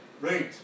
Great